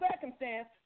circumstance